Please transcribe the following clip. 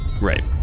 Right